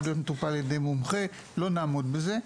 להיות מטופל על ידי מומחה לא נעמוד בזה.